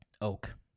oak